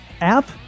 app